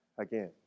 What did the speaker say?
Again